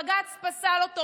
ובג"ץ פסל אותו,